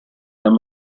della